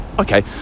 okay